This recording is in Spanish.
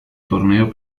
torneo